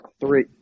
three